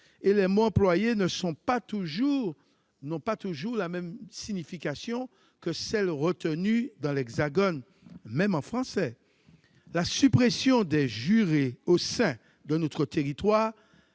et les mots employés n'ont pas toujours la même signification que celle qui est retenue dans l'Hexagone, même en français. La suppression des jurés au sein de notre territoire